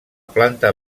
planta